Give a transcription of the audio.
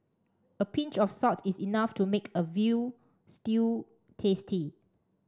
a pinch of salt is enough to make a veal stew tasty